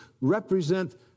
represent